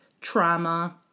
trauma